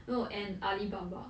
oh and Alibaba